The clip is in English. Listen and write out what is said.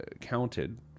counted